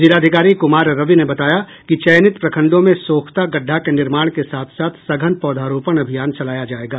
जिलाधिकारी कुमार रवि ने बताया कि चयनित प्रखंडों में सोख्ता गड्ढा के निर्माण के साथ साथ सघन पौधारोपण अभियान चलाया जाएगा